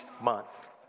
month